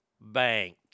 Bank